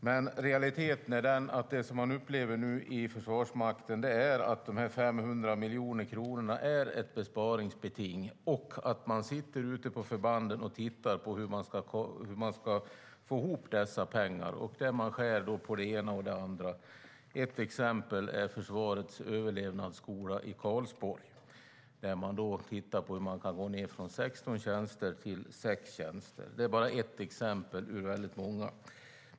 Men realiteten är att vad man nu upplever i Försvarsmakten är att de 500 miljonerna är ett besparingsbeting och att man ute på förbanden tittar på hur man ska få ihop dessa pengar. Då skär man på det ena och det andra. Ett exempel är försvarets överlevnadsskola i Karlsborg, där man tittar på hur man ska kunna gå ned från 16 tjänster till 6. Det är bara ett exempel av många.